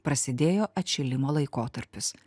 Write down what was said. prasidėjo atšilimo laikotarpis